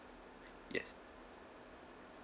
yes